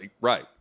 Right